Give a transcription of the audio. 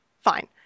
Fine